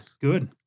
Good